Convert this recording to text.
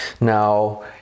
Now